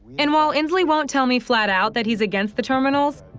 and while inslee won't tell me flat-out that he's against the terminals,